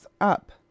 up